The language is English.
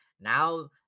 now